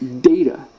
data